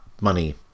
money